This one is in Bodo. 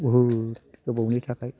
बहुद गोबावनि थाखाय